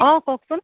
অঁ কওকচোন